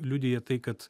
liudija tai kad